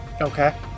Okay